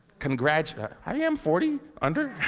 congra. i am forty, under.